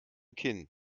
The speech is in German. kinn